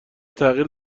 تغییر